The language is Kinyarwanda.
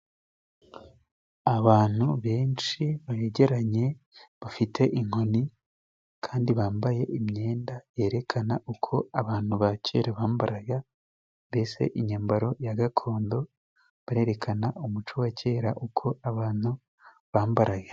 Abantu benshi begeranye bafite inkoni kandi bambaye imyenda yerekana uko abantu ba kera bambaraga mbese imyambaro ya gakondo. Barerekana umuco wa kera uko abantu bambaraga.